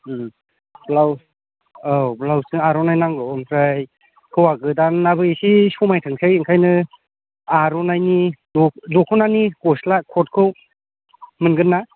ओम blouse औ ब्लाउसजों आर'नाइ नांगौ ओमफ्राय हौवा गोदानाबो इसे समायथोंसै ओंखायनो आर'नाइनि दख'नानि गस्ला कटखौ मोनगोन ना